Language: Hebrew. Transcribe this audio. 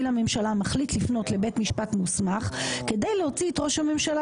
לממשלה מחליט לפנות לבית משפט מוסמך כדי להוציא את ראש הממשלה